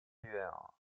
lueurs